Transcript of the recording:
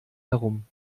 herum